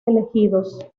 elegidos